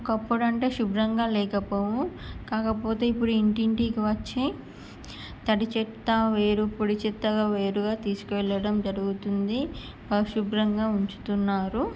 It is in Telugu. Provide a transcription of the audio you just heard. ఒకప్పుడు అంటే శుభ్రంగా లేకపోవు కాకపోతే ఇప్పుడు ఇంటింటికి వచ్చి తడి చెత్త వేరు పొడి చెత్త వేరుగా తీసుకువెళ్ళడం జరుగుతుంది పరిశుభ్రంగా ఉంచుతున్నారు